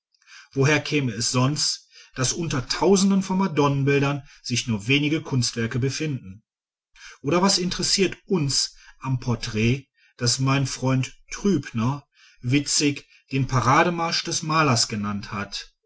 woher käme es sonst daß unter den tausenden von madonnenbildern sich nur wenige kunstwerke befinden oder was interessiert uns am porträt das mein freund trübner witzig den parademarsch des malers genannt hat